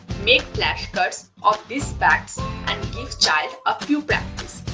make flash cards of these facts and give child a few practice.